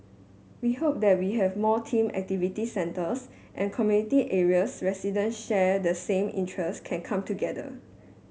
we hope that we have more team activity centres and community areas resident share the same interests can come together